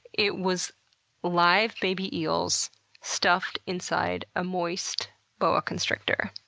it was live baby eels stuffed inside a moist boa constrictor.